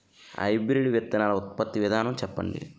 Hybrid విత్తనాలు ఉత్పత్తి విధానం చెప్పండి?